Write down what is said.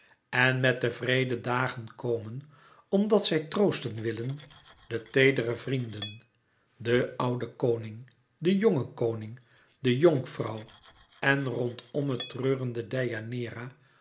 en met de wreede dagen komen omdat zij troosten willen de teedere vrienden de oude koning de jonge koning de jonkvrouw en rondomme treurende